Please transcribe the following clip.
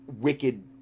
wicked